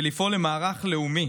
ולפעול למערך לאומי